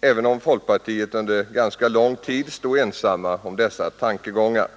även om folkpartiet under ganska lång tid stod ensamt om dessa tankegångar.